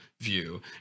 view